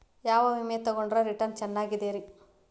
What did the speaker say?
ಯಾವ ವಿಮೆ ತೊಗೊಂಡ್ರ ರಿಟರ್ನ್ ಚೆನ್ನಾಗಿದೆರಿ?